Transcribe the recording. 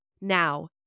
Now